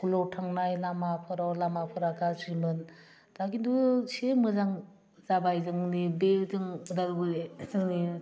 स्कुलाव थांनाय लामाफोराव लामाफोरा गाज्रिमोन दा खिन्थु एसे मोजां जाबाय जोंनि बे जों उदालगुरि जोंनि